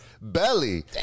belly